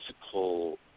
physical